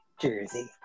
Jersey